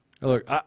Look